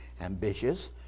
ambitious